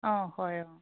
অঁ হয় অঁ